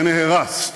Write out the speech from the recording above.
ונהרסת".